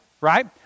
right